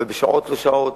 ובשעות-לא-שעות.